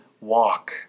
walk